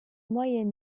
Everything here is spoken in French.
moyen